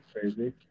crazy